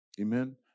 Amen